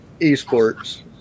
esports